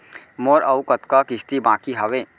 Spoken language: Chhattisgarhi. मोर अऊ कतका किसती बाकी हवय?